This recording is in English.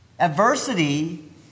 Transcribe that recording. Adversity